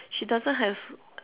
she doesn't have